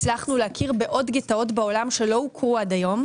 הצלחנו להכיר בעוד גטאות בעולם שלא הוכרו עד היום,